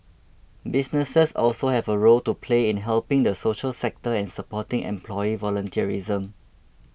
businesses also have a role to play in helping the social sector and supporting employee volunteerism